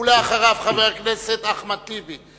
אחריו, חבר הכנסת אחמד טיבי.